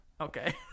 Okay